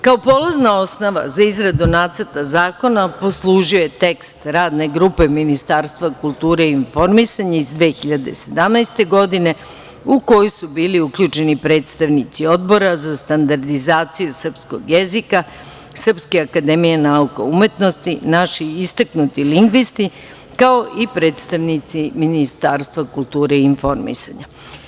Kao polazna osnova za izradu Nacrta zakona poslužio je tekst Radne grupe Ministarstva kulture i informisanja iz 2017. godine, u koju su bili uključeni predstavnici Odbora za standardizaciju srpskog jezika SANU, naši istaknuti lingvisti, kao i predstavnici Ministarstva kulture i informisanja.